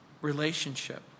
relationship